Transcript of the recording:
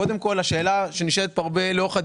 אני מתנצל על כך שנאלצנו לדחות את מועד הישיבה,